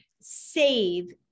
save